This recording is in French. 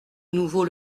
nouveau